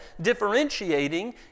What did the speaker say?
differentiating